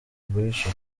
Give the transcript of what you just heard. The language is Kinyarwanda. guhisha